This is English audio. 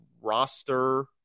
roster